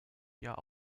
jahr